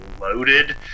loaded